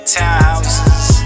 townhouses